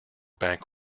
bank